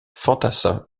fantassins